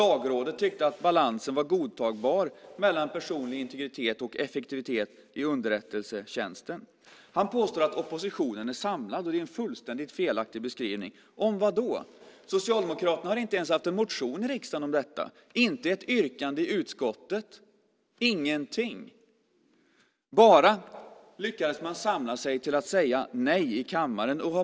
Lagrådet tyckte att balansen var godtagbar mellan personlig integritet och effektivitet i underrättelsetjänsten. Han påstår att oppositionen är samlad, och det är en fullständigt felaktig beskrivning. Om vad då? Socialdemokraterna har inte ens haft en motion i riksdagen om detta och inte ett yrkande i utskottet. Man lyckades bara samla sig till att säga nej i kammaren.